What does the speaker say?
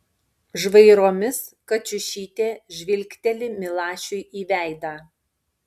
žvairomis kačiušytė žvilgteli milašiui į veidą